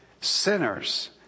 Sinners